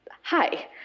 hi